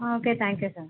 okay thank you sir